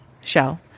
Shell